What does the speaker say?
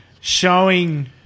showing